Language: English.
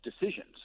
decisions